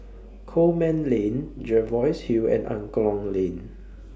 Coleman Lane Jervois Hill and Angklong Lane